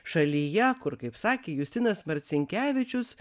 šalyje kur kaip sakė justinas marcinkevičius